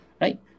Right